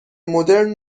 مدرن